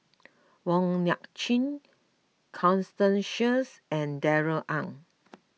Wong Nai Chin Constance Sheares and Darrell Ang